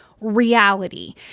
reality